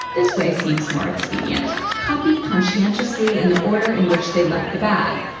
this way seems more expedient. copy conscientiously in the order in which they left the bag.